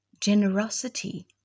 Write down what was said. generosity